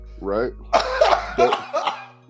right